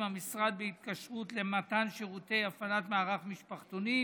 המשרד בהתקשרות למתן שירותי הפעלת מערך משפחתונים,